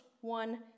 one